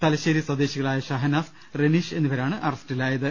തല ശ്ശേരി സ്വദേശികളായ ഷഹനാസ് റെനീഷ് എന്നിവരാണ് അറസ്റ്റിലായത്